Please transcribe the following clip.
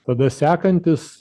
tada sekantis